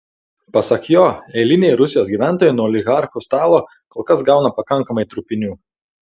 pasak jo eiliniai rusijos gyventojai nuo oligarchų stalo kol kas gauna pakankamai trupinių